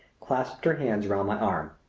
clasped her hands round my arm.